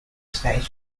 station